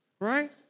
right